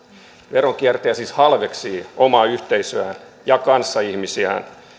veronkiertäjä siis halveksii omaa yhteisöään ja kanssaihmisiään